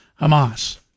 Hamas